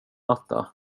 matta